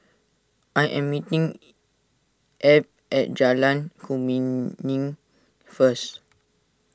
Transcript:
I am meeting Ebb at Jalan Kemuning first